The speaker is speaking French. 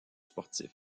sportifs